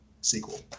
sequel